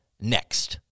next